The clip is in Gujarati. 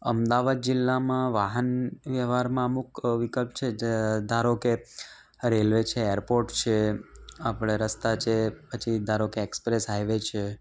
અમદાવાદ જિલ્લામાં વાહન વ્યવહારમાં અમુક વિકલ્પ છે જ ધારો કે અ રેલવે છે એરપોર્ટ છે આપણે રસ્તા છે પછી ધારોકે એક્સપ્રેસ હાઇવે છે